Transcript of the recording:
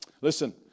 Listen